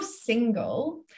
single